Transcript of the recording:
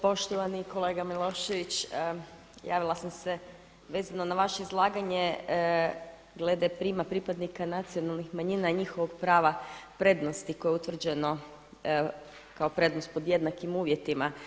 Poštovani kolega Milošević, javila sam se vezano na vaše izlaganje glede … pripadnika nacionalnih manjina i njihovog prava prednosti koje je utvrđeno kao prednost pod jednakim uvjetima.